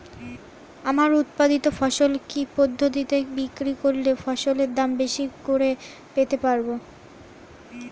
আমার উৎপাদিত ফসল কি পদ্ধতিতে বিক্রি করলে ফসলের দাম বেশি করে পেতে পারবো?